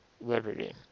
liberty